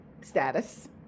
status